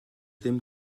dim